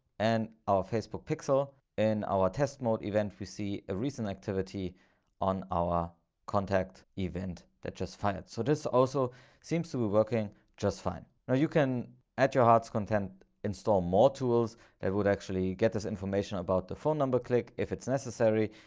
and our facebook pixel in our test mode event, we see a recent activity on our contact event that just find it. so this also seems to be working just fine. now you can add your heart's content, install more tools that would actually get us information about the phone number click if it's necessary.